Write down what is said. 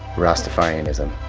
rastafarianism.